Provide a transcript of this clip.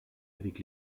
avec